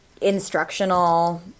instructional